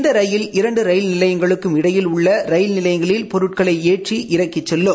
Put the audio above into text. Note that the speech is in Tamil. இந்த ரயில் இரண்டு ரயில் நிலையங்களுக்கும் இடையில் உள்ள ரயில் நிலையங்களில் பொருட்களை ஏற்றி இறக்கி செல்லும்